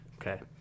Okay